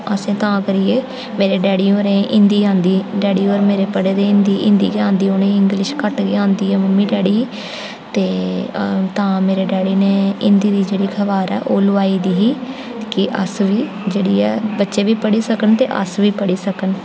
असें तां करियै मेरे डैडी होरें ई हिन्दी आंदी डैडी होर मेरे पढ़े दे हिंदी हिन्दी उ'नें ई इंग्लिश घट्ट गै आंदी ऐ मम्मी डैडी ई ते तां मेरे डैडी ने हिन्दी दी जेह्ड़ी अखबार ओह् लोआई दी ही कि अस बी जेह्ड़ी ऐ बच्चे बी पढ़ी सकन ते अस बी पढ़ी सकन